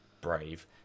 brave